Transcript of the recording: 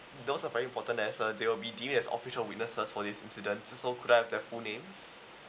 those are very important as uh they'll be dealing with official witnesses for this incident so could I have the full names